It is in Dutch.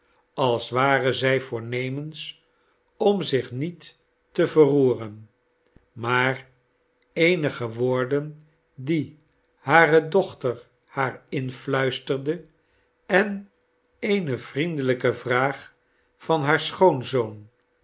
als ware zij voornemens om zich niet te verroeren maar eenige woorden die hare dochter haar influisterde en eene vriendelijke vraag van haar schoonzoon